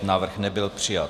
Návrh nebyl přijat.